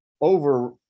over